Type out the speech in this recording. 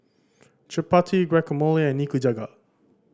Chapati Guacamole and Nikujaga